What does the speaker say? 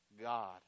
god